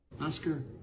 Oscar